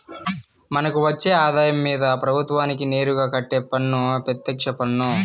మనకు వచ్చే ఆదాయం మీద ప్రభుత్వానికి నేరుగా కట్టే పన్ను పెత్యక్ష పన్ను